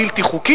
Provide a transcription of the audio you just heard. בלתי חוקית,